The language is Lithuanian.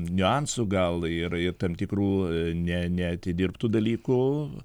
niuansų gal ir ir tam tikrų ne neatidirbtų dalykų